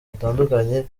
hatandukanye